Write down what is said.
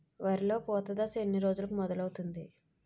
వరిలో పూత దశ ఎన్ని రోజులకు మొదలవుతుంది?